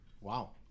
wow